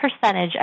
percentage